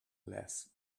less